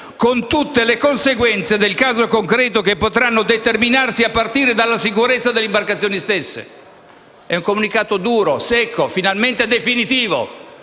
«con tutte le conseguenze del caso concreto che potranno determinarsi a partire dalla sicurezza delle imbarcazioni stesse». È un comunicato duro, secco, finalmente definitivo.